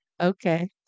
Okay